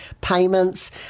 payments